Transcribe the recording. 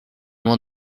loin